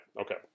okay